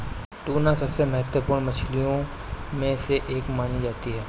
tuna सबसे महत्त्वपूर्ण मछलियों में से एक मानी जाती है